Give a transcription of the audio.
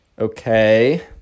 okay